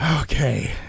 Okay